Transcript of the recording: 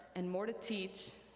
and more to teach,